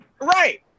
Right